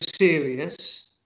serious